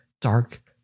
dark